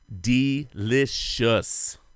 Delicious